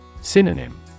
Synonym